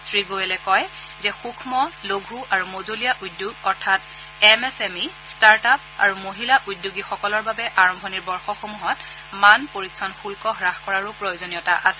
শ্ৰীগোৰেলে কয় যে সুক্ষ্ম লঘু আৰু মজলীয়া উদ্যোগ অৰ্থাৎ M S M E startup আৰু মহিলা উদ্যোগীসকলৰ বাবে আৰম্ভণিৰ বৰ্ষসমূহত মান পৰীক্ষণ শুদ্ধ হাস কৰাৰো প্ৰয়োজনীয়তা আছে